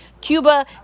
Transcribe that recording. Cuba